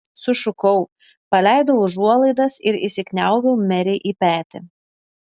sušukau paleidau užuolaidas ir įsikniaubiau merei į petį